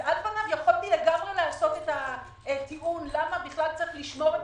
אז על פניו יכולתי לעשות את הטיעון למה בכלל צריך לשמור את